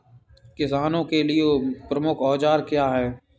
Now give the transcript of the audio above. किसानों के लिए प्रमुख औजार क्या हैं?